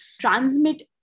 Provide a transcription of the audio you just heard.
transmit